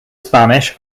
spanish